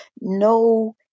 no